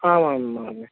आमां महोदय